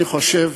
אני חושב